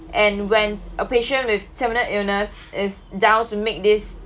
and when a patient with terminal illness is down to make this